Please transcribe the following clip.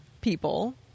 people